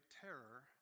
terror